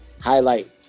highlight